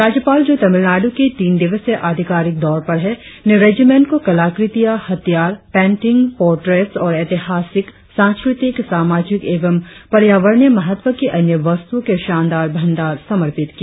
राज्यपाल जो तामिल नाडु के तीन दिवसीय अधिकारिक दौरे पर है ने रेजिमेंट को कलाकृतिया हथियार पेंटिग पोर्ट्रेट्स और ऎतिहासिक सांस्कृतिक सामाजिक एवं पर्यावरणीय महत्व की अन्य वस्तुओं के शानदार भंडार समर्पित किया